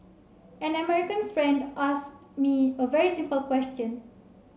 an American friend asked me a very simple question